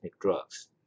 drugs